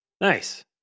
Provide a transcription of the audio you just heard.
Nice